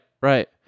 right